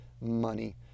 money